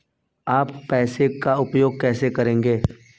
आप पैसे का उपयोग कैसे करेंगे?